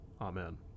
Amen